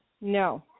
No